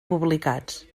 publicats